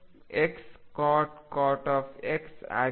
ಇದು Xcot X ಆಗಿದೆ